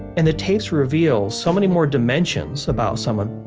and the tapes reveal so many more dimensions about someone